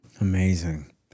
Amazing